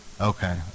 Okay